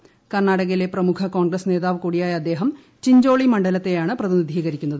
ക്ർണാടകയിലെ പ്രമുഖ കോൺഗ്രസ് നേതാവ് കൂടിയായ് അദ്ദേഹം ചിഞ്ചോളി മണ്ഡലത്തെയാണ് പ്രതിനിധ്രീകരിക്കുന്നത്